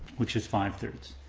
which is five thirds.